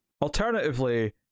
Alternatively